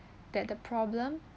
that the problem